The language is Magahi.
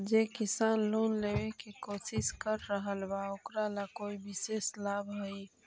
जे किसान लोन लेवे के कोशिश कर रहल बा ओकरा ला कोई विशेष लाभ हई?